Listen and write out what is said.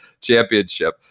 championship